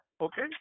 okay